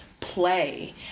play